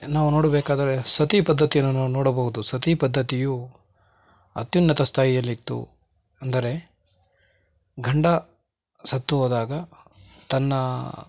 ನಾವು ನೋಡಬೇಕಾದರೆ ಸತಿ ಪದ್ದತಿಯನ್ನು ನಾವು ನೋಡಬಹುದು ಸತೀ ಪದ್ದತಿಯು ಅತ್ಯುನ್ನತ ಸ್ಥಾಯಿಯಲ್ಲಿತ್ತು ಅಂದರೆ ಗಂಡ ಸತ್ತು ಹೋದಾಗ ತನ್ನ